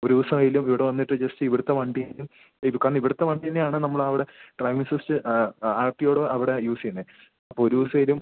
ഒരു ദിവസമെങ്കിലും ഇവിടെ വന്നിട്ട് ജസ്റ്റ് ഇവിടുത്തെ വണ്ടിയിൽ എടുക്കാൻ ഇവിടുത്തെ വണ്ടി തന്നെയാണ് നമ്മളവിടെ ഡ്രൈവിംഗ് ടെസ്റ്റ് ആർ ടി ഓടെ അവിടെ യൂസ് ചെയ്യുന്നത് അപ്പം ഒരു ദിവസമെങ്കിലും